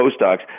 postdocs